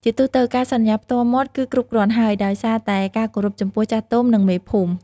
ជាទូទៅ ការសន្យាផ្ទាល់មាត់គឺគ្រប់គ្រាន់ហើយ ដោយសារតែការគោរពចំពោះចាស់ទុំ និងមេភូមិ។